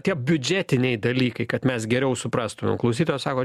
tie biudžetiniai dalykai kad mes geriau suprastumėm klausytojas sako